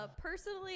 personally